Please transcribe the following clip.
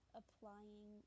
applying